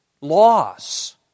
loss